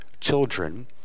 children